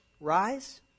rise